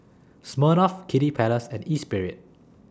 Smirnoff Kiddy Palace and Espirit